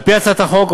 על-פי הצעת החוק,